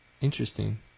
Interesting